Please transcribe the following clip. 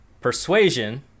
Persuasion